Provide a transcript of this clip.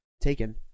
Taken